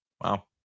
Wow